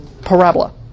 Parabola